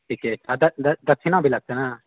ठीके छै आ दक्षिणा भी लगतै ने